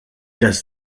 does